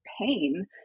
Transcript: pain